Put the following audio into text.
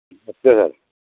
नमस्ते सर